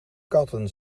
katten